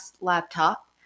laptop